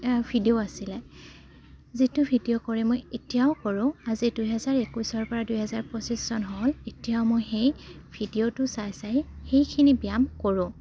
video আছিলে যিটো video কৰে মই এতিয়াও কৰোঁ আজি দুহেজাৰ একৈছৰ পৰা দুহেজাৰ পঁচিছ চন হ'ল এতিয়াও মই সেই ভিডিঅ'টো চাই চাই সেইখিনি ব্যায়াম কৰোঁ